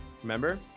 remember